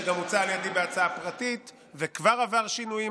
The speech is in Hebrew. שגם הוצע על ידי בהצעה פרטית וכבר עבר שינויים,